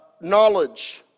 knowledge